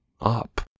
up